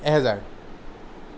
এহেজাৰ